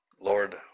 Lord